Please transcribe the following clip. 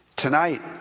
Tonight